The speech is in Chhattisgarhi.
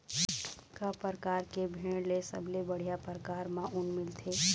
का परकार के भेड़ ले सबले बढ़िया परकार म ऊन मिलथे?